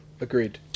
Agreed